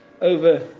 over